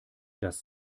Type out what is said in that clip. das